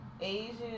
Asian